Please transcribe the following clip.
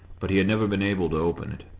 but he had never been able to open it.